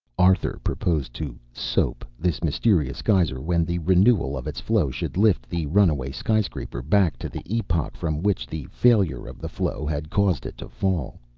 arthur proposed to soap this mysterious geyser when the renewal of its flow should lift the runaway sky-scraper back to the epoch from which the failure of the flow had caused it to fall.